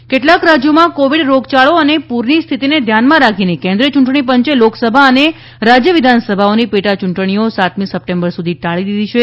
પેટા ચૂંટણી કેટલાક રાજ્યોમાં કોવિડ રોગયાળો અને પૂરની સ્થિતિને ધ્યાનમાં રાખીને કેન્દ્રિય યૂંટણી પંચે લોકસભા અને રાજ્ય વિધાનસભાઓની પેટા યૂંટણીઓ સાતમી સપ્ટેમ્બર સુધી ટાળી દીધી છે